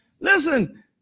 listen